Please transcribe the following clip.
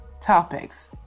topics